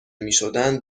میشدند